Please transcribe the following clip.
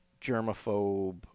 germaphobe